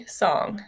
song